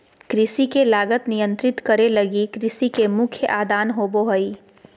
कृषि के लागत नियंत्रित करे लगी कृषि के मुख्य आदान होबो हइ